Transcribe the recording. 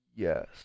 Yes